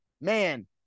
Man